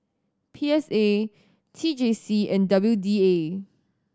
P S A T J C and W D A